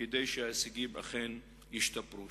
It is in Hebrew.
כדי שההישגים אכן ישתפרו.